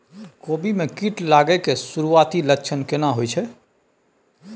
कोबी में कीट लागय के सुरूआती लक्षण केना होय छै